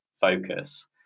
focus